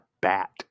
bat